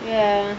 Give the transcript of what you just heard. ya